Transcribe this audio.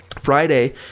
Friday